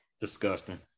Disgusting